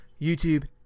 YouTube